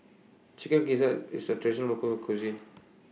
Chicken Gizzard IS A Traditional Local Cuisine